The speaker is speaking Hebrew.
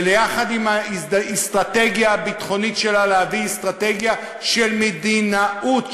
ויחד עם האסטרטגיה הביטחונית שלה להביא אסטרטגיה של מדינאות,